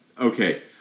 okay